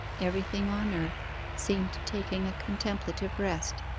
everything on earth seemed taking a contemplative rest,